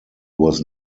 was